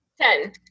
Ten